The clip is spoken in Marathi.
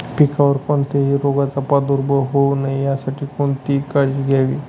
पिकावर कोणत्याही रोगाचा प्रादुर्भाव होऊ नये यासाठी कोणती काळजी घ्यावी?